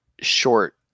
short